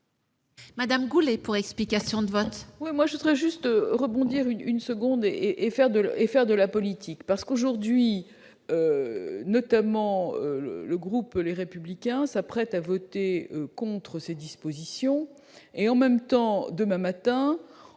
Nathalie Goulet, pour explication de vote.